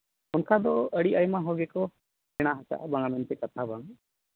ᱚᱱᱠᱟ ᱫᱚ ᱟᱹᱰᱤ ᱟᱭᱢᱟ ᱦᱚᱲ ᱜᱮᱠᱚ ᱥᱮᱬᱟ ᱦᱟᱠᱟᱜᱼᱟ ᱵᱟᱝᱟ ᱢᱮᱱᱛᱮ ᱠᱟᱛᱷᱟ ᱵᱟᱝ